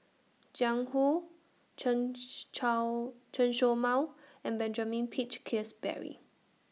Jiang Hu Chen Chen Show Mao and Benjamin Peach Keasberry